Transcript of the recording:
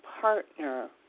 partner